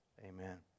amen